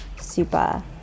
super